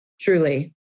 truly